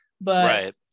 but-